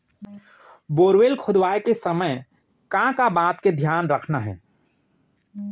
Borewell खोदवाए के समय का का बात के धियान रखना हे?